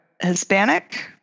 Hispanic